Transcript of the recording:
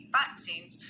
vaccines